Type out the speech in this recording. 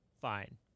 Fine